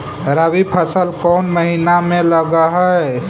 रबी फसल कोन महिना में लग है?